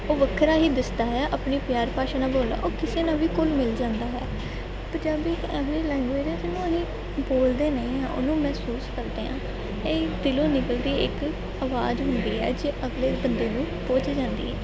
ਉਹ ਵੱਖਰਾ ਹੀ ਦਿਸਦਾ ਹੈ ਆਪਣੀ ਪਿਆਰ ਭਾਸ਼ਾ ਨਾਲ ਬੋਲਣਾ ਉਹ ਕਿਸੇ ਨਾਲ ਵੀ ਘੁਲ ਮਿਲ ਜਾਂਦਾ ਹੈ ਪੰਜਾਬੀ ਇਕ ਇਹੋ ਜਿਹੀ ਲੈਂਗੁਏਜ ਹੈ ਜਿਹਨੂੰ ਅਸੀਂ ਬੋਲਦੇ ਨਹੀਂ ਹਾਂ ਉਹਨੂੰ ਮਹਿਸੂਸ ਕਰਦੇ ਹਾਂ ਇਹ ਦਿਲੋਂ ਨਿਕਲਦੀ ਹੈ ਇੱਕ ਅਵਾਜ਼ ਹੁੰਦੀ ਹੈ ਜੋ ਅਗਲੇ ਬੰਦੇ ਨੂੰ ਪਹੁੰਚ ਜਾਂਦੀ ਹੈ